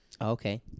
Okay